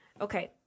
Okay